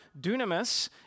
dunamis